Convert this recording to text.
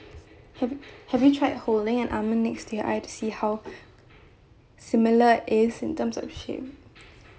have you have you tried holding an almond next to your eye to see how similar it is in terms of the shape